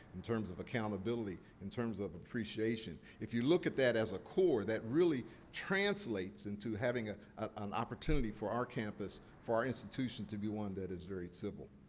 in terms of accountability, in terms of appreciation. if you look at that as a core, that really translates into having ah an opportunity for our campus, for our institution to be one that is very civil.